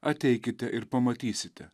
ateikite ir pamatysite